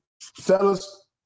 Fellas